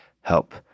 help